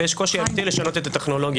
ויש קושי אמיתי לשנות את הטכנולוגיה.